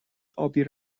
ابی